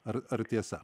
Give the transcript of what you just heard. ar ar tiesa